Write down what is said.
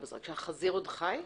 כשהחזיר עוד חי?